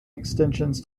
extensions